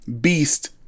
Beast